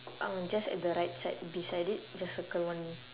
um just at the right side beside it just circle one